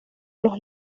los